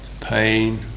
pain